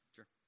Sure